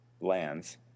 lands